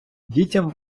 дітям